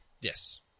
Yes